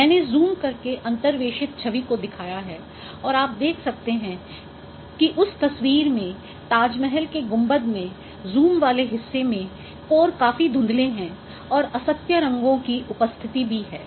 मैंने ज़ूम करके अंतर्वेशित छवि को दिखाया है और आप देख सकते हैं कि उस तस्वीर में ताजमहल के गुंबद में जूम वाले हिस्से में कोर काफी धुँधले हैंऔर असत्य रंगों की उपस्थिति भी है